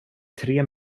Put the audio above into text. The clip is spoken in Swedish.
tre